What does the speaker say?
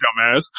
dumbass